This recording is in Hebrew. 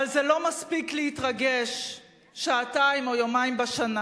אבל זה לא מספיק להתרגש שעתיים או יומיים בשנה.